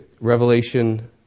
Revelation